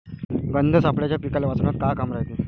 गंध सापळ्याचं पीकाले वाचवन्यात का काम रायते?